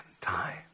time